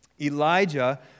Elijah